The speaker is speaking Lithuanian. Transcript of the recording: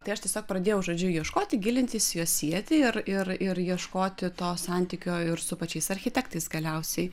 tai aš tiesiog pradėjau žodžiu ieškoti gilintis juos sieti ir ir ir ieškoti to santykio ir su pačiais architektais galiausiai